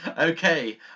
Okay